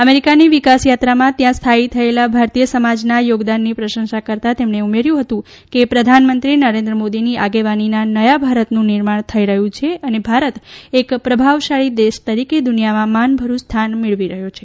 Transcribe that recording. અમેરિકાની વિકાસ યાત્રા માં ત્યાં સ્થાયી થયેલા ભારતીય સમાજ ના યોગદાન ની પ્રશંશા કરતાં તેમણે ઉમેર્યું હતું કે પ્રધાન મંત્રી નરેન્દ્ર મોદી ની આગેવાની ના નયા ભારત નું નિર્માણ થઈ રહ્યું છે અને ભારત એક પ્રભાવશાળી દેશ તરીકે દુનિયા માં માનભર્યું સ્થાન મેળવી રહ્યું છે